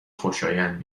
خوشایند